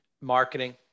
marketing